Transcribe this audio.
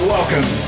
Welcome